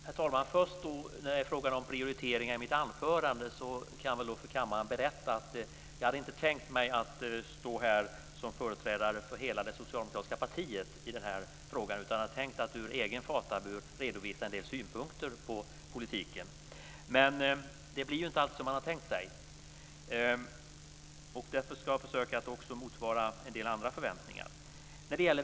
Herr talman! Först när det gäller frågan om prioriteringar i mitt anförande kan jag för kammaren berätta att jag inte hade tänkt mig att stå här som företrädare för hela det socialdemokratiska partiet i denna fråga. Jag hade tänkt att ur egen fatabur redovisa en del synpunkter på politiken. Men det blir inte alltid som man har tänkt sig. Därför ska jag försöka att också motsvara en del andra förväntningar.